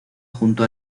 junto